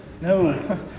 no